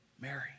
Mary